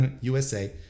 USA